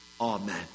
Amen